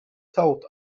thought